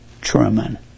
Truman